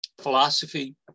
philosophy